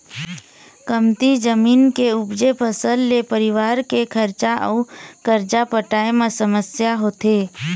कमती जमीन के उपजे फसल ले परिवार के खरचा अउ करजा पटाए म समस्या होथे